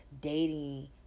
dating